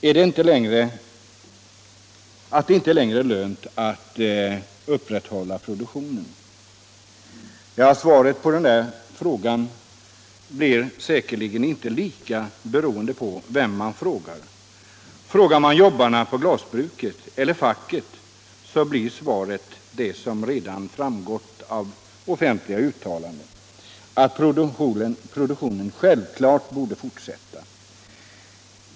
Att det inte längre är lönt att uppehålla produktionen? Svaret på den frågan är säkerligen beroende av vem man frågar. Frågar man jobbarna på glasbruket eller facket, blir svaret — vilket redan framgått av offentliga uttalanden — att produktionen självfallet borde fortsätta.